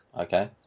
Okay